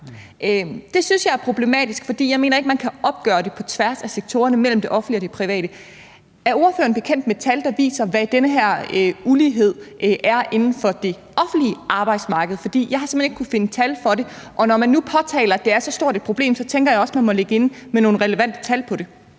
Det synes jeg er problematisk, for jeg mener ikke, at man kan opgøre det på tværs af sektorerne, altså mellem det offentlige og det private. Er ordføreren bekendt med tal, der viser, hvad den her ulighed er inden for det offentlige arbejdsmarked? For jeg har simpelt hen ikke kunnet finde tal for det? Når man nu påtaler, at det er så stort et problem, tænker jeg også, man må lægge inde med nogle relevante tal på det.